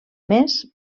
més